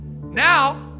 Now